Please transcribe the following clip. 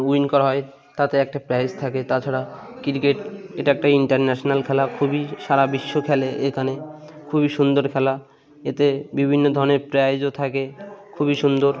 win করা হয় তাতে একটা প্রাইজ থাকে তাছাড়া ক্রিকেট এটা একটা ইন্টারন্যাশনাল খেলা খুবই সারা বিশ্ব খেলে এখানে খুবই সুন্দর খেলা এতে বিভিন্ন ধরনের প্রাইজও থাকে খুবই সুন্দর